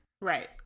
Right